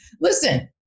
Listen